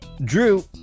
Drew